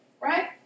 Right